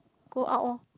go out orh